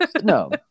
No